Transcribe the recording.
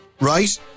Right